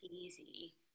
easy